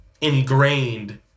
Ingrained